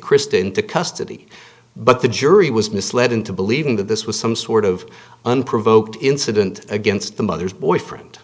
christa into custody but the jury was misled into believing that this was some sort of unprovoked incident against the mother's boyfriend